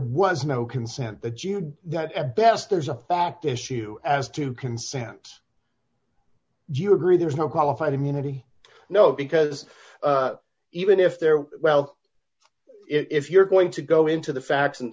was no consent the jews that at best there's a fact issue as to consent do you agree there's no qualified immunity no because even if they're well if you're going to go into the facts and